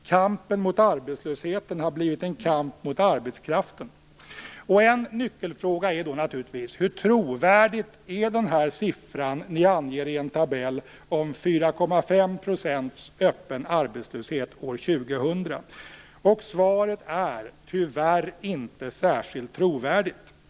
Kampen mot arbetslösheten har blivit en kamp mot arbetskraften. En nyckelfråga är då naturligtvis: Hur trovärdig är den siffra ni anger i en tabell om 4,5 % öppen arbetslöshet år 2000? Svaret är: tyvärr inte särskilt trovärdig.